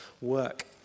work